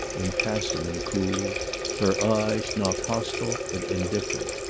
impassive and cool her eyes, not hostile but indifferent.